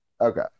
Okay